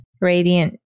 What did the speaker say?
radiant